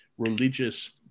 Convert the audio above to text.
religious